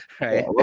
right